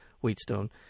Wheatstone